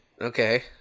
okay